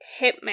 hitman